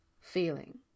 feeling